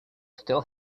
still